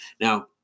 Now